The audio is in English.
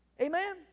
amen